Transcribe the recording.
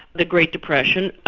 the great depression.